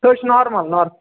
سُہ حظ چھُ نارمَل نار